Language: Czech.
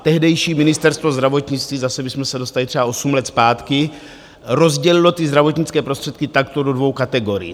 Tehdejší Ministerstvo zdravotnictví, zase bychom se dostali třeba osm let zpátky, rozdělilo ty zdravotnické prostředky takto do dvou kategorií.